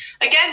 again